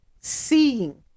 seeing